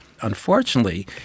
Unfortunately